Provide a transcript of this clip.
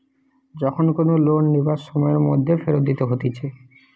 যখন কোনো লোন লিবার সময়ের মধ্যে ফেরত দিতে হতিছে